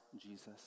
jesus